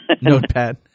Notepad